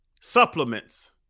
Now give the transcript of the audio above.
supplements